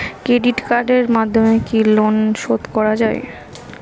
Credit কার্ডের মাধ্যমে কি লোন শোধ করা যায়?